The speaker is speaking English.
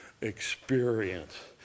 experience